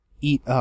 eat